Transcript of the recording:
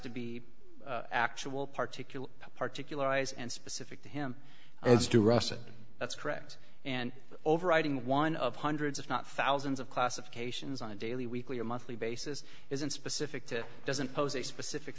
to be actual particularly particularly as and specific to him as to russia that's correct and overriding one of hundreds if not thousands of classifications on a daily weekly or monthly basis isn't specific to doesn't pose a specific